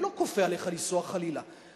אני לא כופה עליך לנסוע, חלילה.